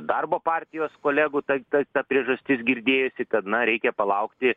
darbo partijos kolegų ta ta ta priežastis girdėjosi kad na reikia palaukti